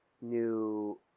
new